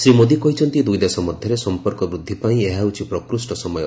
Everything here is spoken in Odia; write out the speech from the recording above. ଶ୍ରୀ ମୋଦୀ କହିଛନ୍ତି ଦୁଇଦେଶ ମଧ୍ୟରେ ସଂପର୍କ ବୃଦ୍ଧି ପାଇଁ ଏହା ହେଉଛି ପ୍ରକୃଷ୍ଟ ସମୟ